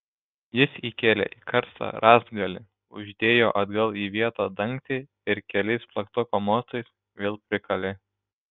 jis įkėlė į karstą rąstgalį uždėjo atgal į vietą dangtį ir keliais plaktuko mostais vėl prikalė